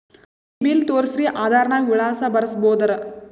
ಈ ಬಿಲ್ ತೋಸ್ರಿ ಆಧಾರ ನಾಗ ವಿಳಾಸ ಬರಸಬೋದರ?